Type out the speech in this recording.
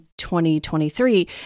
2023